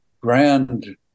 grand